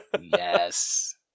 Yes